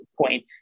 point